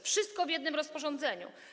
Wszystko w jednym rozporządzeniu.